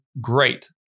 great